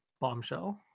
Bombshell